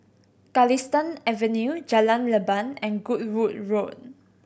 Galistan Avenue Jalan Leban and Goodwood Road